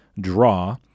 draw